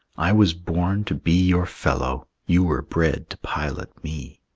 i was born to be your fellow you were bred to pilot me.